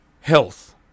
Health